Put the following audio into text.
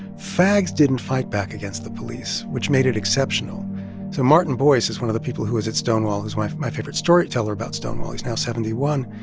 fags didn't fight back against the police, which made it exceptional so martin boyce is one of the people who was at stonewall who's my my favorite storyteller about stonewall. he's now seventy one.